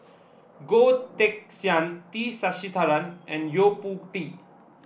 Goh Teck Sian T Sasitharan and Yo Po Tee